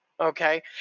Okay